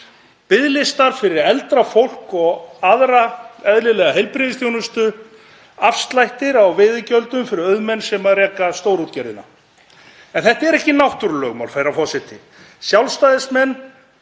biðlistar fyrir eldra fólk eftir eðlilegri heilbrigðisþjónustu, afslættir á veiðigjöldum fyrir auðmenn sem reka stórútgerðina. En þetta er ekki náttúrulögmál, herra forseti. Sjálfstæðismenn